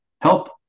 help